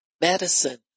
medicine